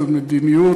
זו מדיניות,